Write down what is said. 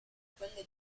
quelle